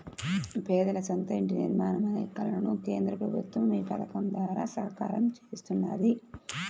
పేదల సొంత ఇంటి నిర్మాణం అనే కలను కేంద్ర ప్రభుత్వం ఈ పథకం ద్వారా సాకారం చేస్తున్నది